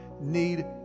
need